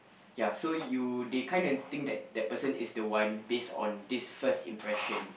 ya so you they kinda think that person is the one based on this first impression